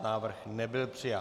Návrh nebyl přijat.